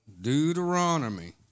Deuteronomy